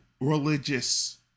religious